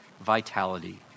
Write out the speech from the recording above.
vitality